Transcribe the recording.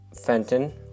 Fenton